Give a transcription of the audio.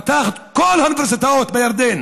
פתח את כל האוניברסיטאות בירדן